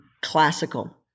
classical